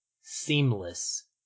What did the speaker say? seamless